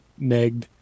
negged